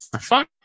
Fuck